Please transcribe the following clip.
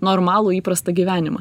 normalų įprastą gyvenimą